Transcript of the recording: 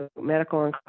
medical